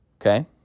Okay